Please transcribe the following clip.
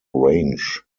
range